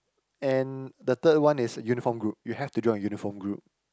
and the third one is a uniform group you have to join a uniform group